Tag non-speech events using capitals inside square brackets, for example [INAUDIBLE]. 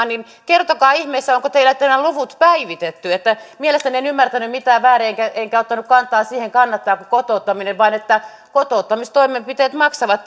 [UNINTELLIGIBLE] niin kertokaa ihmeessä onko teillä nämä luvut päivitetty mielestäni en ymmärtänyt mitään väärin enkä enkä ottanut kantaa siihen kannattaako kotouttaminen vaan siihen että kotouttamistoimenpiteet maksavat [UNINTELLIGIBLE]